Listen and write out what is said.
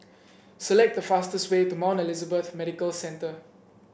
select the fastest way to Mount Elizabeth Medical Centre